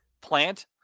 plant